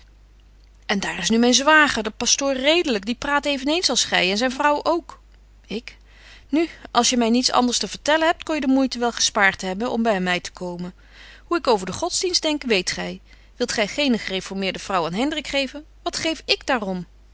en daar is nu myn zwager de pastoor redelyk die praat even eens als gy en zyn vrouw ook ik nu als je my niets anders te vertellen hebt kon je de moeite wel gespaart hebben om by my te komen hoe ik over den godsdienst denk weet gy wilt gy geene gereformeerde vrouw aan hendrik geven wat geef ik daaröm